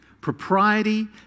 Propriety